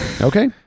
Okay